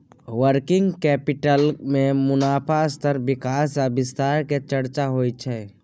working capital में मुनाफ़ा स्तर विकास आ विस्तार के चर्चा होइ छइ